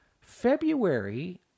February